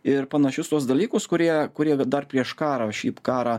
ir panašius tuos dalykus kurie kurie va dar prieš karą šį karą